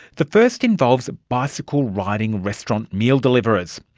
the first involves bicycle riding restaurant meal deliverers.